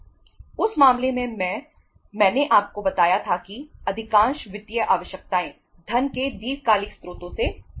उस मामले में मैंने आपको बताया था कि अधिकांश वित्तीय आवश्यकताएं धन के दीर्घकालिक स्रोतो से पूरी होंगी